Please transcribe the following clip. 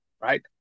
right